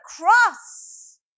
cross